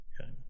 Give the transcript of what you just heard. Okay